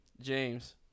James